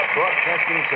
Broadcasting